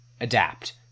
Adapt